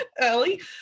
early